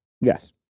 Yes